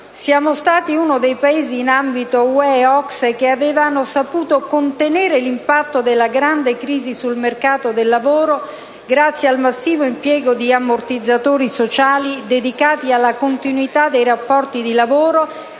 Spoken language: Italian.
Siamo stati uno dei Paesi in ambito UE e OCSE che aveva saputo contenere l'impatto della grande crisi sul mercato del lavoro grazie al massivo impiego di ammortizzatori sociali dedicati alla continuità dei rapporti di lavoro